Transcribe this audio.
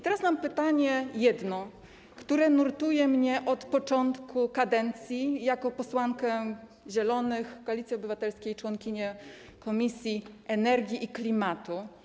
Teraz mam jedno pytanie, które nurtuje mnie od początku kadencji jako posłankę Zielonych, Koalicji Obywatelskiej, członkinię komisji energii i klimatu: